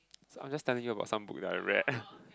so I'm just telling you about some book that I read